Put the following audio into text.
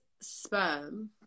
sperm